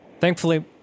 Thankfully